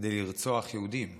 לרצוח יהודים.